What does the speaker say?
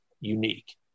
unique